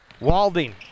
Walding